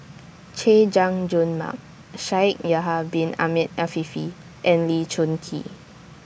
Chay Jung Jun Mark Shaikh Yahya Bin Ahmed Afifi and Lee Choon Kee